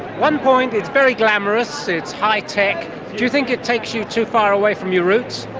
one point, it's very glamorous, it's high-tech, do you think it takes you too far away from your roots?